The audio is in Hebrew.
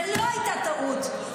ולא הייתה טעות,